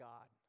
God